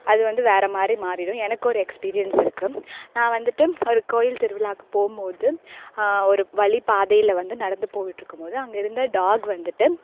அது வந்து வேறு மாதிரி மாறிவிடும் எனக்கு ஒரு எக்ஸ்பிரியன்ஸ் இருக்குது நான் வந்துட்டு ஒரு கோயில் திருவிழாக்கு போகும்மோது ஒரு வழி பாதையில் வந்து நடந்து போயிட்டிருக்குமோது அங்கே இருந்த டாக் வந்துட்டு